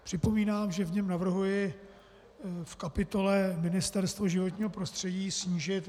Připomínám, že v něm navrhuji v kapitole Ministerstvo životního prostředí snížit